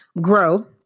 grow